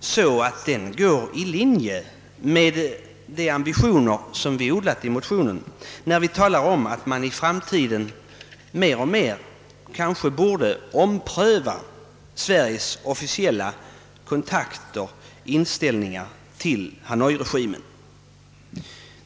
så, att den ligger i linje med de ambitioner som vi odlat i motionen när vi skriver att man i framtiden kanske borde ompröva Sveriges officiella kontakter med och inställning till Hanoiregimen.